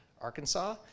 arkansas